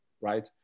right